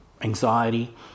anxiety